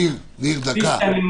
אנו